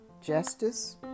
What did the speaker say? justice